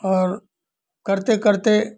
और करते करते